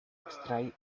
extrae